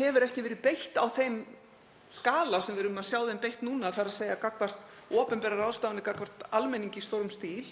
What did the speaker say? hefur ekki verið beitt á þeim skala sem við erum að sjá þeim beitt núna, þ.e. opinberar ráðstafanir gagnvart almenningi í stórum stíl.